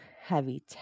heavy